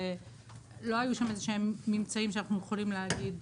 ולא היו שם איזשהם ממצאים שאנחנו יכולים להגיד